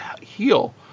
heal